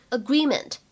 agreement